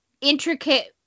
intricate